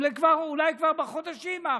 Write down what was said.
אולי כבר בחודשים האחרונים.